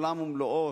עולם ומלואו,